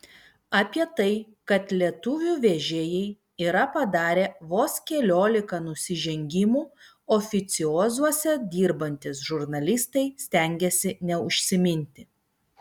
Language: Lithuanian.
apie tai kad lietuvių vežėjai yra padarę vos keliolika nusižengimų oficiozuose dirbantys žurnalistai stengiasi neužsiminti